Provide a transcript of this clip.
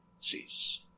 cease